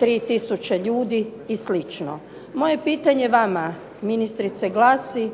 3 tisuće ljudi i slično. Moje pitanje vama ministrice glasi,